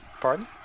Pardon